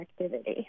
activity